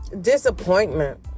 disappointment